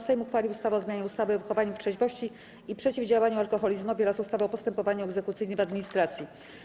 Sejm uchwalił ustawę o zmianie ustawy o wychowaniu w trzeźwości i przeciwdziałaniu alkoholizmowi oraz ustawy o postępowaniu egzekucyjnym w administracji.